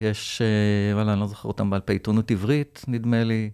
יש, וואלה, אני לא זוכר אותם, בעל פה עיתונות עברית, נדמה לי.